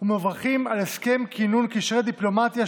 ומברכים על הסכם כינון קשרי דיפלומטיה,